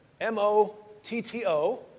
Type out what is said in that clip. M-O-T-T-O